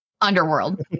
Underworld